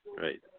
Right